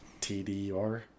TDR